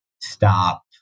stop